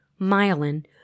myelin